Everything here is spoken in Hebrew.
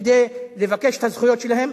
כדי לבקש את הזכויות שלהם,